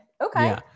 Okay